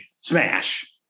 Smash